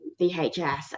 VHS